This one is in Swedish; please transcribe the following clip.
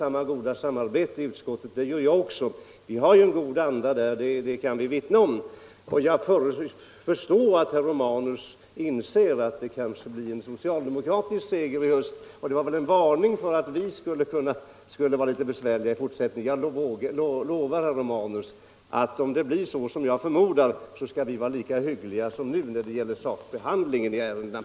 Det råder en god anda där, det kan vi som är med i utskottet vittna om. Jag förstår att herr Romanus inser att det kanske blir en socialdemokratisk seger i höst, och hans ord föranleddes väl av fruktan för att vi skulle bli litet besvärliga i fortsättningen. Jag lovar herr Romanus att om det blir så som jag förmodar skall vi vara lika hyggliga som nu när det gäller sakbehandlingen av ärendena.